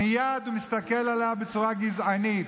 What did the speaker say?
ומייד מסתכלים עליו בצורה גזענית.